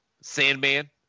Sandman